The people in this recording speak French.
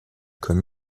comme